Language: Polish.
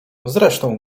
zresztą